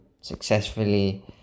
successfully